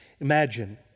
Imagine